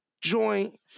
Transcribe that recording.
joint